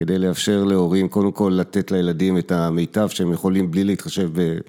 כדי לאפשר להורים קודם כל לתת לילדים את המיטב שהם יכולים בלי להתחשב ב...